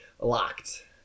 locked